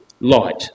light